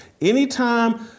Anytime